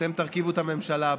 אתם תרכיבו את הממשלה הבאה.